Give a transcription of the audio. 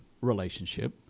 relationship